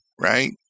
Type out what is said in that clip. right